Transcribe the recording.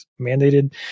mandated